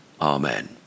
Amen